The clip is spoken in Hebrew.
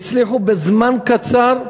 הצליחו בזמן קצר,